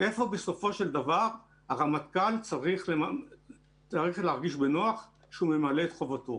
ואיפה בסופו של דבר הרמטכ"ל צריך להרגיש בנוח שהוא ממלא את חובתו.